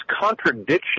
contradiction